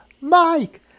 Mike